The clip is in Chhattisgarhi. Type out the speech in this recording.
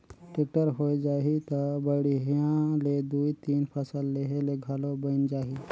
टेक्टर होए जाही त बड़िहा ले दुइ तीन फसल लेहे ले घलो बइन जाही